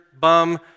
bum